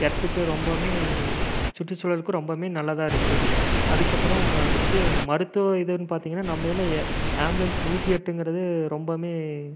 எர்த்துக்கு ரொம்ப சுற்றுச்சூழலுக்கு ரொம்ப நல்லதாக இருக்கு அதுக்கு அப்புறம் இது மருத்துவ இதுன்னு பார்த்தீங்கன்னா நம்ம இதுலேயே ஆம்புலன்ஸ் நூற்றி எட்டுங்கிறது ரொம்ப